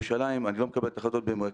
משטרת ירושלים מתורגלת בנושא הזה.